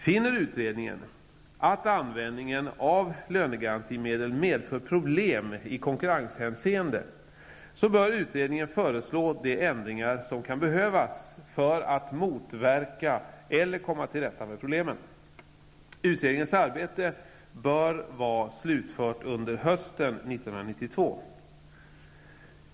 Finner utredningen att användningen av lönegarantimedel medför problem i konkurrenshänseende, bör utredningen föreslå de ändringar som kan behövas för att motverka eller komma till rätta med problemen. Utredningens arbete bör vara slutfört under hösten 1992.